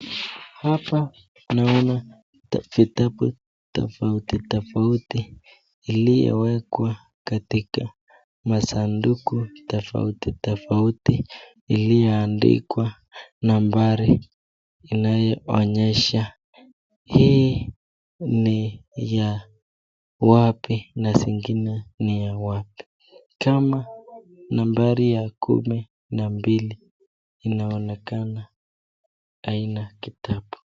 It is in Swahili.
Hapa naona vitabu tafauti tafauti iliyowekwa katika sanduku tafauti tafauti iliyoandikwa nambari inayoonyesha hii ni ya wapi na zingine ni ya wapi kama nambari ya kumi na mbili inaonekana aina kitabu.